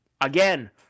again